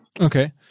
Okay